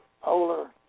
polar